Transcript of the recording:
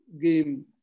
game